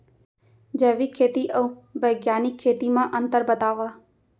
जैविक खेती अऊ बैग्यानिक खेती म अंतर बतावा?